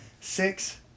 Six